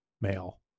male